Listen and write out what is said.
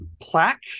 plaque